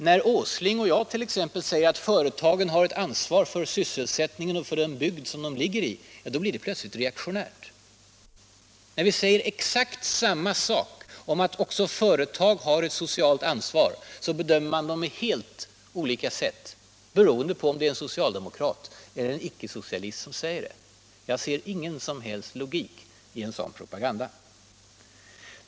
När Nils Åsling och jag t.ex. säger att företagen har ett ansvar för sysselsättningen och för den bygd som de ligger i blir det plötsligt reaktionärt. När vi säger exakt samma sak, att också företag har ett socialt ansvar, bedömer man resp. uttalande på helt olika sätt beroende på om det är en socialdemokrat eller en icke-socialist som gör uttalandet! Jag ser ingen som helst logik i en sådan propaganda.